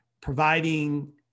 providing